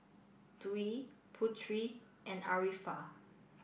Dwi Putri and Arifa